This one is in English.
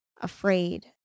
afraid